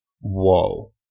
whoa